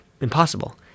impossible